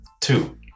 Two